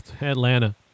Atlanta